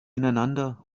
ineinander